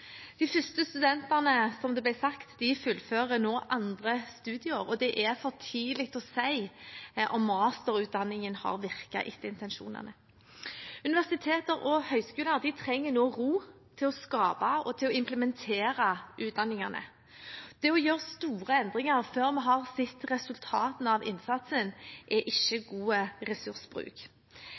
De første studentene fullfører nå andre studieår, som det ble sagt, og det er for tidlig å si om masterutdanningen har virket etter intensjonene. Universiteter og høyskoler trenger nå ro til å skape og implementere utdanningene. Det å gjøre store endringer før vi har sett resultatene av innsatsen, er ikke god ressursbruk.